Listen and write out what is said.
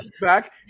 back